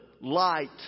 light